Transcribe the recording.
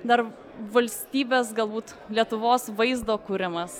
dar valstybės galbūt lietuvos vaizdo kūrimas